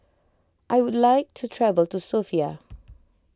I would like to travel to Sofia